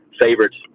favorites